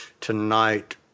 tonight